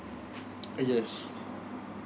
yes